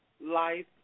life